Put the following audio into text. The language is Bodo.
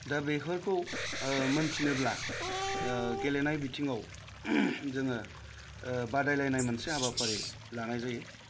दा बेफोरखौ मोनथिनोब्ला गेलेनाय बिथिङाव जोङो बादायलायनाय मोनसे हाबाफारि लानाय जायो